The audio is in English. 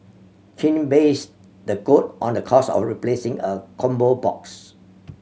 Chin based the quote on the cost of replacing a combo box